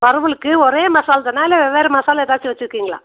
வறுவலுக்கு ஒரே மசாலா தானா இல்லை வெவ்வேறு மசாலா ஏதாச்சும் வைச்சிருக்கீங்களா